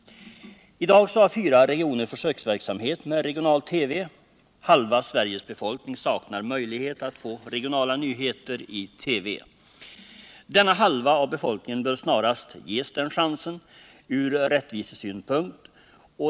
I dag har fyra regioner försöksverksamhet med regional-TV. Halva Sveriges befolkning saknar möjlighet att få regionala nyheter i TV. Denna halva av befolkningen bör snarast ges den chansen ur rättvisesynpunkt.